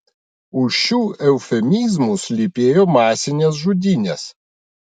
už šių eufemizmų slypėjo masinės žudynės